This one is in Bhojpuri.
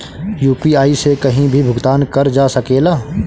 यू.पी.आई से कहीं भी भुगतान कर जा सकेला?